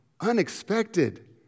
Unexpected